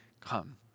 come